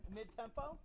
mid-tempo